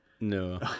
No